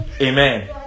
amen